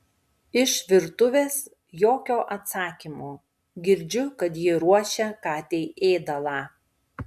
iš virtuvės jokio atsakymo girdžiu kad ji ruošia katei ėdalą